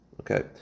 Okay